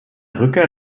rückkehr